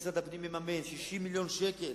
ומשרד הפנים מממן 60 מיליון שקל,